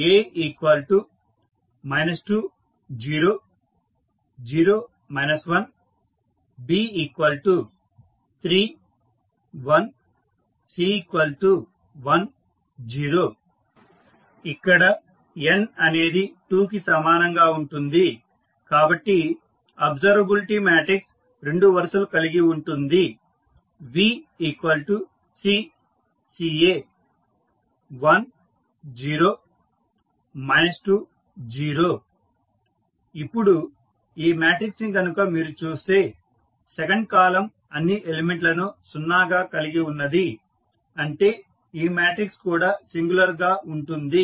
A 2 0 0 1 B3 1 C1 0 ఇక్కడ n అనేది 2 కి సమానంగా ఉంటుంది కాబట్టి అబ్సర్వబిలిటీ మాట్రిక్స్ రెండు వరుసలు కలిగి ఉంటుంది VC CA 1 0 2 0 ఇప్పుడు ఈ మాట్రిక్స్ ని గనుక మీరు చూస్తే సెకండ్ కాలమ్ అన్ని ఎలిమెంట్ లను 0 గా కలిగి ఉన్నది అంటే ఈ మాట్రిక్స్ కూడా సింగులర్ గా ఉంటుంది